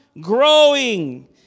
growing